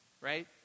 Right